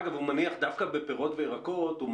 דווקא בפירות וירקות,